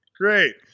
Great